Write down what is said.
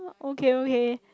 okay okay